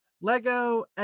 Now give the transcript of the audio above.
Lego